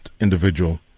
individual